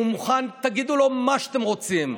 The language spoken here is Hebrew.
הוא מוכן, תגידו לו מה שאתם רוצים.